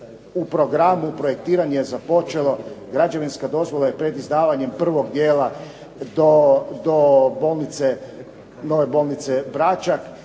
u programu, projektiranje je započelo, građevinska dozvola je pred izdavanjem prvog dijela do nove bolnice Bračak